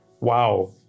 wow